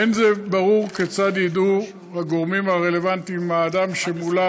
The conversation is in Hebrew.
אין זה ברור כיצד ידעו הגורמים הרלוונטיים אם האדם שמולם